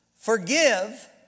Forgive